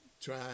Try